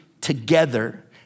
together